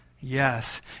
yes